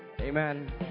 Amen